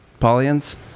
Paulians